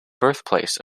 birthplace